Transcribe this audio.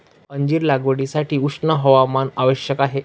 अंजीर लागवडीसाठी उष्ण हवामान आवश्यक आहे